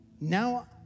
Now